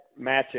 matchup